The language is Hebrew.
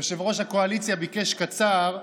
יושב-ראש הקואליציה ביקש קצר,